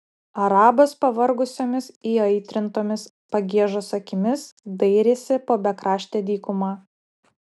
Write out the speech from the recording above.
arabas pavargusiomis įaitrintomis pagiežos akimis dairėsi po bekraštę dykumą